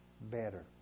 better